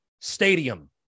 Stadium